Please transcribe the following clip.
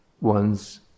one's